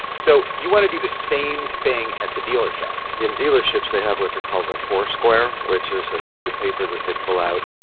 so you want to do the same thing at the dealership in dealerships, they have what they call the four-square, which is a sheet of paper that they pull out.